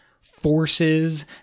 forces